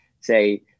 say